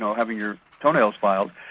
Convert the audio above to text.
having your toenails filed,